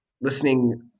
listening